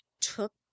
took